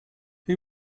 who